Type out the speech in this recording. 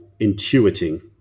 intuiting